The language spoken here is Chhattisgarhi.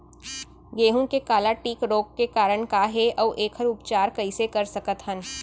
गेहूँ के काला टिक रोग के कारण का हे अऊ एखर उपचार कइसे कर सकत हन?